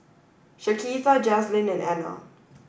Shaquita Jazlyn and Anna